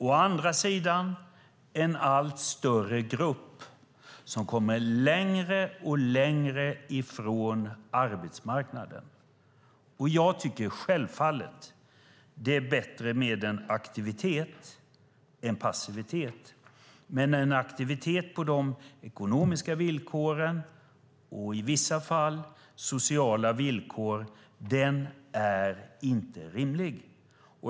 Å andra sidan är det en allt större grupp som kommer längre och längre ifrån arbetsmarknaden. Jag tycker självfallet att det är bättre med aktivitet än passivitet. Men en aktivitet på dessa ekonomiska villkor - och i vissa fall sociala villkor - är inte rimlig.